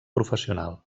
professional